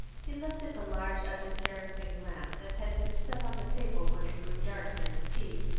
he lifted the large ugly kerosene lamp that had been set on the table when it grew dark during tea,